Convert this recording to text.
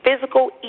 physical